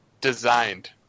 designed